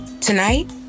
Tonight